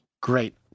Great